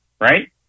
right